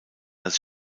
als